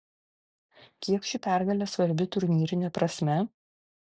kiek ši pergalė svarbi turnyrine prasme